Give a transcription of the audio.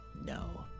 No